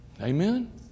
Amen